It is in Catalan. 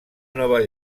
nova